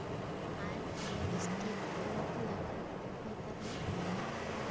ᱟᱨ lipstick ᱠᱚ ᱦᱚᱸᱠᱚ ᱞᱟᱜᱟᱣᱟ ᱱᱮᱛᱟᱨᱢᱟ